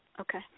Okay